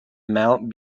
mount